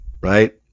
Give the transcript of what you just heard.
right